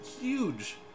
huge